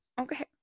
Okay